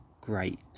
great